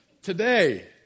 Today